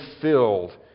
filled